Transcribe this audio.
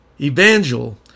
evangel